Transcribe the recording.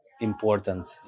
important